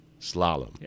slalom